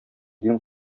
дин